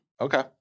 Okay